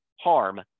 harm